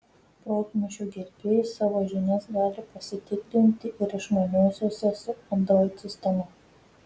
protmūšių gerbėjai savo žinias gali pasitikrinti ir išmaniuosiuose su android sistema